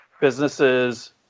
businesses